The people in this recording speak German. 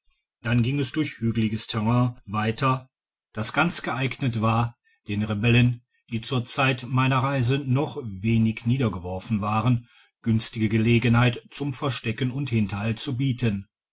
dann ging es durch hügeliges terrain weiter das ganz geeigdigitized by google net war den rebellen die zur zeit meiner reise noch wenig niedergeworfen waren günstige gelegenheit zum versteck und hinterhalt zu bieten